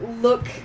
look